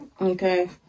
okay